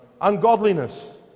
Ungodliness